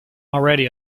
already